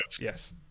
yes